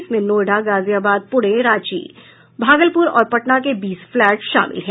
इसमें नोएडा गाजियाबाद पुणे रांची भागलपुर और पटना के बीस फ्लैट शामिल हैं